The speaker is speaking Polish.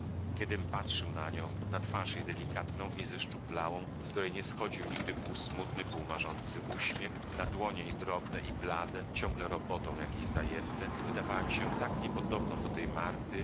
kiedym patrzył na nią na twarz jej delikatną i zeszczuplałą z której nie schodził nigdy pół smutny pół marzący uśmiech na dłonie jej drobne i blade ciągle robotą jakąś zajęte wydawała mi się tak niepodobną do tej marty